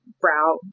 brow